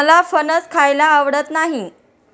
मला फणस खायला आवडत नाही